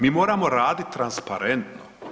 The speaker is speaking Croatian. Mi moramo raditi transparentno.